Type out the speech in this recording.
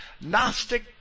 Gnostic